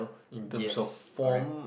yes correct